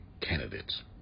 candidates